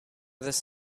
this